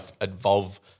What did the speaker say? evolve